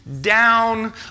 down